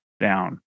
Down